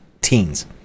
teens